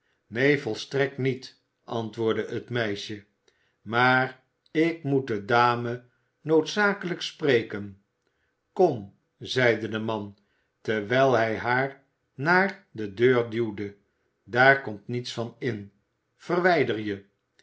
neen volstrekt niet antwoordde het meisje maar ik moet de dame noodzakelijk spreken kom zeide de man terwijl hij haar naar de deur duwde daar komt niets van in verwijder je